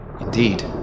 Indeed